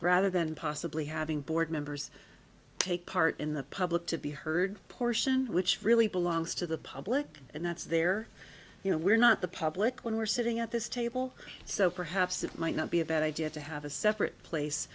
rather than possibly having board members take part in the public to be heard portion which really belongs to the public and that's their you know we're not the public when we're sitting at this table so perhaps it might not be a bad idea to have a separate place